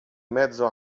mezzo